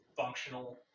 functional